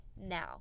now